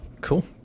cool